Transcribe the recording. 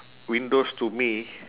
windows to me